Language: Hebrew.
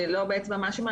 אני לא מפנה אצבע מאשימה,